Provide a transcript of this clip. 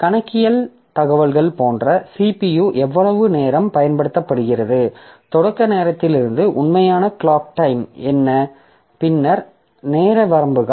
கணக்கியல் தகவல்கள் போன்ற CPU எவ்வளவு நேரம் பயன்படுத்தப்படுகிறது தொடக்க நேரத்திலிருந்து உண்மையான கிளாக் டைம் என்ன பின்னர் நேர வரம்புகள்